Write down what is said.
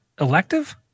elective